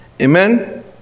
Amen